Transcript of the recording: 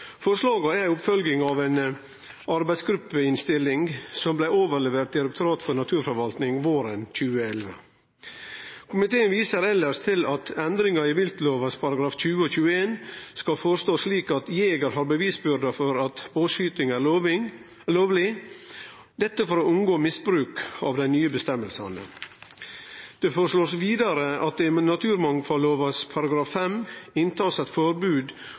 Forslaga er ei oppfølging av ei arbeidsgruppeinnstilling som blei overlevert Direktoratet for naturforvaltning våren 2011. Komiteen viser elles til at endringar i viltlova §§ 20 og 21 skal bli forstått slik at jeger har provføringsplikt for at påskyting er lovleg, dette for å unngå misbruk av dei nye føresegnene. Det blir vidare foreslått at det i naturmangfaldlova § 15 blir tatt inn eit forbod